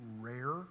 rare